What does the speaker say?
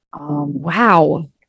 wow